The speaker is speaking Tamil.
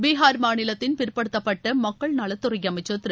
பிகார் மாநிலத்தின் பிற்படுத்தப்பட்டமக்கள்நலத்துறைஅமைச்சர் திரு